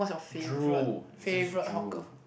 drool it says drool